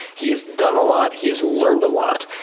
he has done a lot. he has learned a lot.